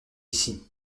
ici